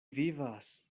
vivas